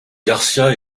garcia